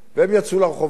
והם יצאו לרחובות.